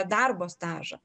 darbo stažą